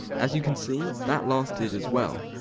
as you can see that lasted as well,